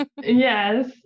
Yes